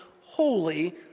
holy